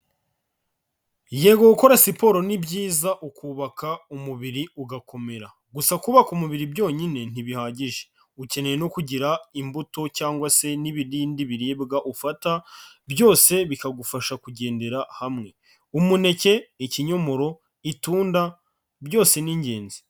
Yego gukora siporo ni byiza ukubaka umubiri ugakomera, gusa kubaka umubiri byonyine ntibihagije, ukeneye no kugira imbuto cyangwase n'ibindi biribwa ufata byose bikagufasha kugendera hamwe, umuneke, ikinyomoro, itunda, byose ni ingenzi.